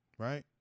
Right